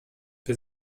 wir